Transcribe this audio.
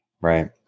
Right